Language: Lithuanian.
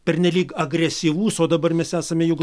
pernelyg agresyvus o dabar mes esame juk